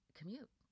commute